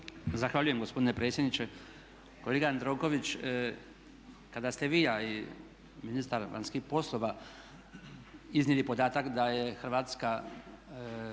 Zahvaljujem gospodine predsjedniče. Kolega Jandroković kada ste vi, a i ministar vanjskih poslova, iznijeli podatak da je Hrvatska